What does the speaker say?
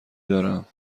دارم